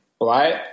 right